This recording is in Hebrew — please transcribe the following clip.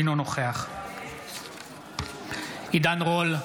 אינו נוכח עידן רול,